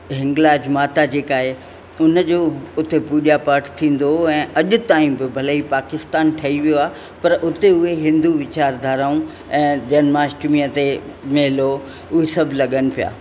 हिंगलाज माता जेका आहे उन जो उते पूॼा पाठु थींदो हुओ ऐं अॼ ताईं बि भले ई पाकिस्तान ठही वियो आहे पर उते उए हिंदू विचारधाराऊं ऐं जनमाष्टमीअ ते मेलो उहे सभु लॻनि पिया